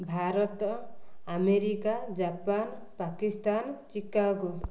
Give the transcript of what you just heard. Bharat America Japan Pakistan Chicago